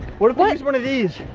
what if we use one of these?